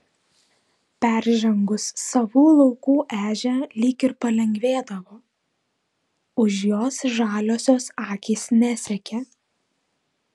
peržengus savų laukų ežią lyg ir palengvėdavo už jos žaliosios akys nesekė